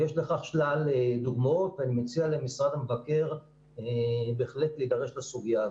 יש לכך שלל דוגמאות ואני מציע למשרד המבקר בהחלט להידרש לסוגיה הזו.